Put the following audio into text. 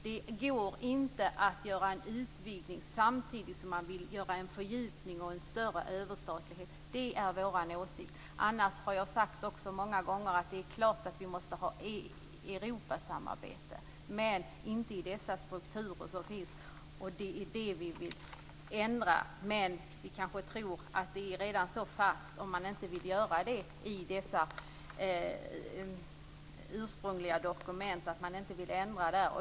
Det går inte att göra en utvidgning samtidigt som man vill göra en fördjupning och åstadkomma en större överstatlighet. Det är vår åsikt. Jag har också sagt många gånger att det är klart att vi måste ha ett Europasamarbete, men inte med de strukturer som finns. Det är detta vi vill ändra på. Men det är kanske redan så fast i de ursprungliga dokumenten att man inte vill ändra där.